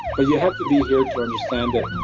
but you have to be here to understand it.